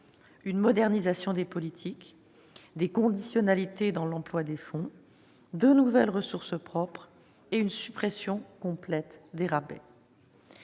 une modernisation des politiques, des conditionnalités dans l'emploi des fonds, la mobilisation de nouvelles ressources propres et la suppression complète des rabais.